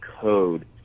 code